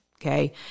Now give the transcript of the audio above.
okay